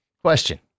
Question